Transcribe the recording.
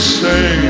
say